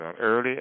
early